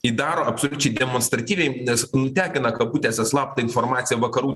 ji daro absoliučiai demonstratyviai nes nutekina kabutėse slaptą informaciją vakarų